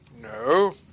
No